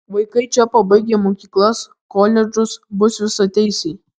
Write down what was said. vaikai čia pabaigę mokyklas koledžus bus visateisiai